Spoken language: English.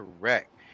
correct